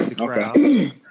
Okay